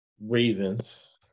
Ravens